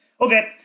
Okay